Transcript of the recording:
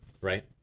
Right